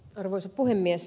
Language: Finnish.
arvoisa puhemies